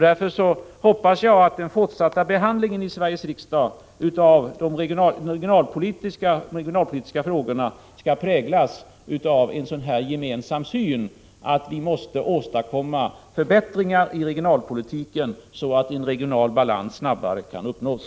Därför hoppas jag att den fortsatta behandlingen i Sveriges riksdag av de regionalpolitiska frågorna skall präglas av en sådan gemensam syn, att vi måste åstadkomma förbättringar i regionalpolitiken så att regional balans snabbare kan uppnås.